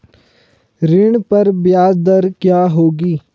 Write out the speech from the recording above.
ऋण पर ब्याज दर क्या होगी?